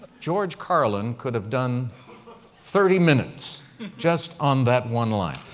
george carlin could have done thirty minutes just on that one line.